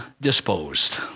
disposed